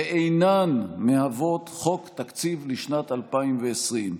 ואינן מהוות חוק תקציב לשנת 2020,